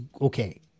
okay